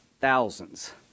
thousands